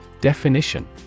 Definition